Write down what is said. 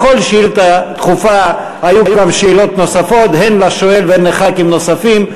בכל שאילתה דחופה היו גם שאלות נוספות הן לשואל והן לחברי כנסת נוספים,